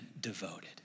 devoted